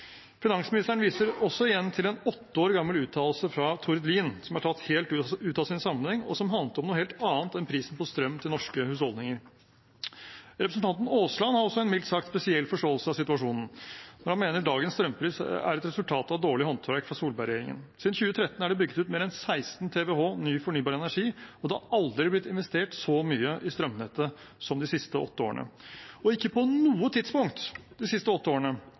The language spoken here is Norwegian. Finansministeren viser også igjen til en åtte år gammel uttalelse fra Tord Lien, som er tatt helt ut av sin sammenheng, og som handlet om noe helt annet enn prisen på strøm til norske husholdninger. Representanten Aasland har også en mildt sagt spesiell forståelse av situasjonen når han mener at dagens strømpris er et resultat av dårlig håndverk av Solberg-regjeringen. Siden 2013 er det bygget ut mer enn 16 TWh ny fornybar energi, og det har aldri blitt investert så mye i strømnettet som de siste åtte årene, og ikke på noe tidspunkt de siste åtte årene